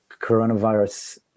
coronavirus